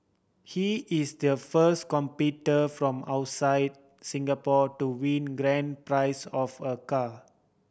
he is their first competitor from outside Singapore to win grand prize of a car